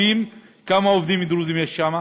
כמה עובדים דרוזים יש שם?